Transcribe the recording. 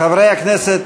חברי הכנסת,